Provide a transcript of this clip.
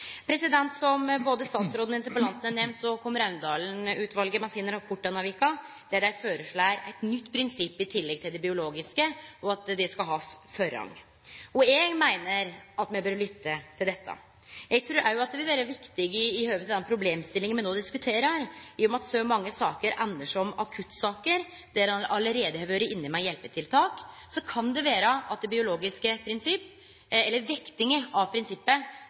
som er nødvendig. Som både statsråden og interpellanten har nemnt, kom Raundalen-utvalet med sin rapport denne veka, der dei foreslår eit nytt prinsipp i tillegg til det biologiske, og at det skal ha forrang. Eg meiner at me bør lytte til dette. Eg trur òg at det vil vere viktig i høve til den problemstillinga me no diskuterer. I og med at så mange saker endar som akuttsaker der ein allereie har vore inne med hjelpetiltak, så kan det vere at det biologiske prinsippet – eller vektinga av prinsippet